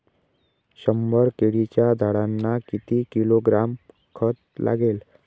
शंभर केळीच्या झाडांना किती किलोग्रॅम खत लागेल?